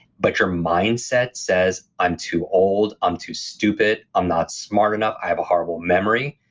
but your mindset says i'm too old, i'm too stupid, i'm not smart enough, i have a horrible memory,